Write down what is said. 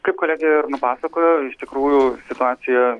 kaip kolegė ir nupasakojo iš tikrųjų situaciją